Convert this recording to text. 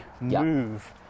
move